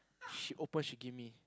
she open she give me